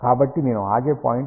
కాబట్టి నేను ఆగే పాయింట్ ఇదే